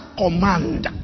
command